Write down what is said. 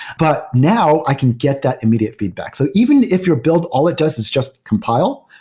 but now, i can get that immediately feedback. so even if your build, all it does is just compile,